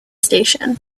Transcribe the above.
station